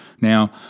Now